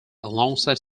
alongside